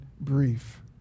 brief